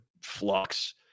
flux